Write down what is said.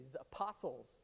apostles